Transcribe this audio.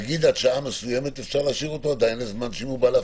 נגיד עד שעה מסוימת, לבוא להפקיד?